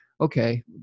okay